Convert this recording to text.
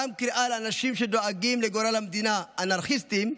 גם קריאה לאנשים שדואגים לגורל המדינה "אנרכיסטים",